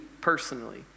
personally